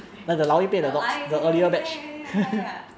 ya but I ya ya ya ya ya ya ya